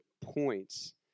points